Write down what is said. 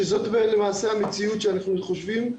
שזאת למעשה המציאות שאנחנו חושבים,